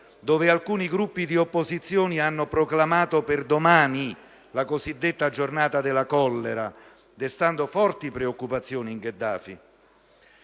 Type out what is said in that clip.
dove alcuni gruppi di opposizione hanno proclamato per domani la cosiddetta giornata della collera, destando forti preoccupazioni in Gheddafi;